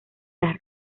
las